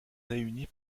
réunis